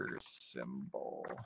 symbol